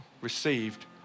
received